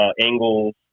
angles